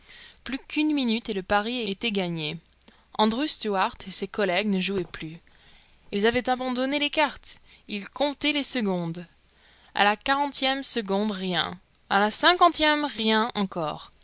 plus qu'une minute et le pari était gagné andrew stuart et ses collègues ne jouaient plus ils avaient abandonné les cartes ils comptaient les secondes a la quarantième seconde rien a la cinquantième rien encore